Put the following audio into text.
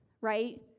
right